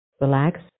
Relax